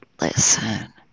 listen